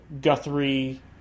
Guthrie